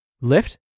lift